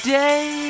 day